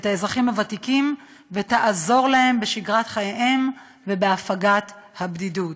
אזרחים ותיקים ותעזור להם בשגרת חייהם ובהפגת הבדידות.